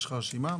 יש לך רשימה כזאת?